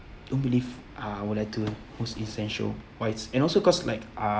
don't believe uh what I do was essential-wise and also cause like uh~